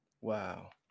wow